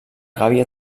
gàbia